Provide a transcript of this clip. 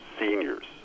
seniors